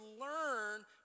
learn